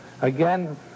again